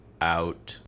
out